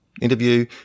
interview